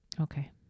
Okay